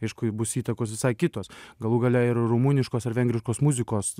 aišku bus įtakos visai kitos galų gale ir rumuniškos ar vengriškos muzikos